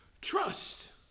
trust